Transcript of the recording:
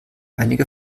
einige